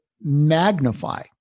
magnify